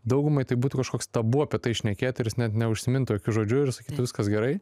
daugumai tai būtų kažkoks tabu apie tai šnekėt ir jis net neužsimintų jokiu žodžiu ir sakytų viskas gerai